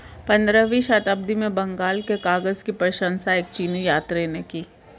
पंद्रहवीं शताब्दी में बंगाल के कागज की प्रशंसा एक चीनी यात्री ने की